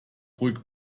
ruhig